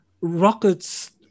rockets